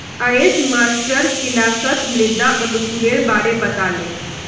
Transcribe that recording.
अयेज मास्टर किलासत मृदा अनुकूलेर बारे बता ले